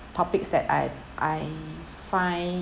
topics that I I find